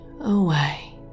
away